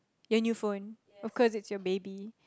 your new phone of course it's your baby